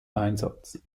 einsatz